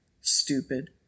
Stupid